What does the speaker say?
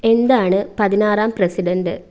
എന്താണ് പതിനാറാം പ്രസിഡൻറ്